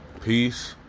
Peace